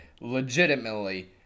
legitimately